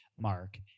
Mark